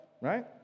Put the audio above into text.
right